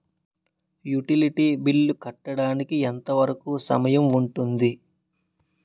Utility bill కట్టడానికి ఎంత వరుకు సమయం ఉంటుంది?